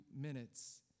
minutes